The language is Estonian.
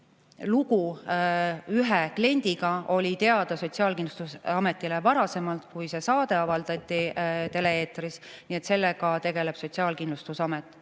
lugu ühe kliendiga oli teada Sotsiaalkindlustusametile varem, kui oli see saade tele-eetris. Nii et sellega tegeleb Sotsiaalkindlustusamet.